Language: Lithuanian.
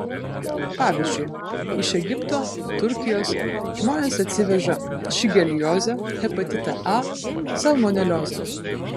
pavyzdžiui iš egipto turkijos žmonės atsiveža šigeliozę hepatitą a salmoneliozę